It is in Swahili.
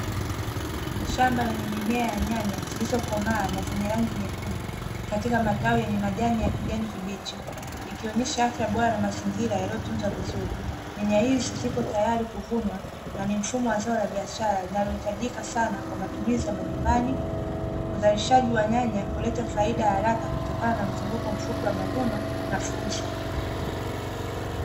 Shamba lenye mimea ya nyanya zilizo komaa na zenye rangi nyekundu, katika matawi yenye majani ya kijani kibichi. Ikionyesha afya bora na mazingira yaliyotunzwa vizuri. Nyanya hizo ziko tayari kuvunwa, na ni mfumo wa zao la biashara linalohitajika sana kwa matumizi ya majumbani. Uzalishaji wa nyanya huleta faida haraka kutokana na mzunguko mfupi wa mavuno na fursa.